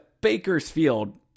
Bakersfield